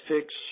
fix